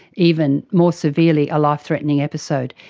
even, more severely, a life threatening episode.